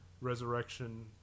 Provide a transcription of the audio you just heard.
Resurrection